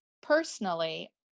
Personally